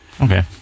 Okay